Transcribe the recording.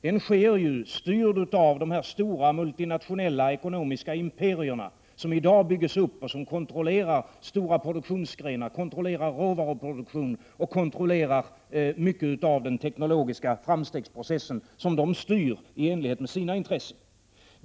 Den styrs ju av de stora multinationella ekonomiska imperierna, som byggs upp i dag och som kontrollerar stora produktionsgrenar, råvaruproduktionen och mycket av den teknologiska framstegsprocessen, allt i enlighet med deras intressen.